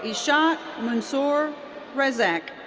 ishaaq munsoor razack.